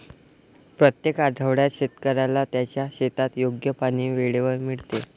प्रत्येक आठवड्यात शेतकऱ्याला त्याच्या शेतात योग्य पाणी वेळेवर मिळते